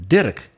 Dirk